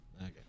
Okay